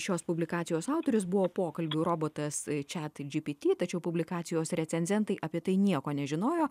šios publikacijos autorius buvo pokalbių robotas chatgpt tačiau publikacijos recenzentai apie tai nieko nežinojo